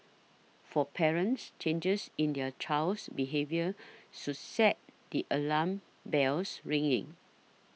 for parents changes in their child's behaviour should set the alarm bells ringing